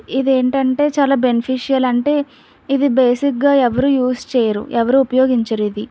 ఇది ఏంటంటే చాలా బెనిఫిషియల్ అంటే ఇది బేసిక్గా ఎవరు యూజ్ చేయరు ఎవరూ ఉపయోగించరు ఇది